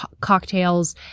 cocktails